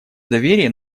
доверия